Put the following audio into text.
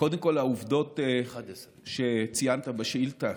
קודם כול, העובדות שציינת בשאילתה